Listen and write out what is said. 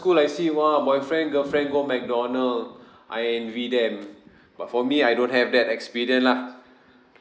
school I see !wah! boyfriend girlfriend go mcdonald I envy them but for me I don't have that experience lah